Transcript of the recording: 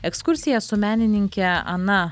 ekskursija su menininke ana